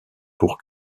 pour